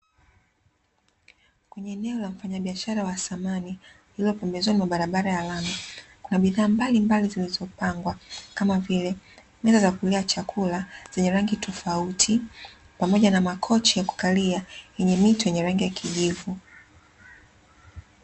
Kwenye eneo la mfanyabiashara wa samani, lililo pembezoni mwa barabara ya lami, kuna bidhaa mbalimbali zilizopangwa, kama vile meza za kulia chakula, zenye rangi tofauti, pamoja na makochi ya kukalia ,yenye mito yenye rangi ya kijivu.